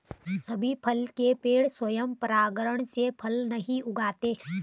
सभी फल के पेड़ स्वयं परागण से फल नहीं उपजाते